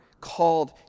called